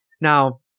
Now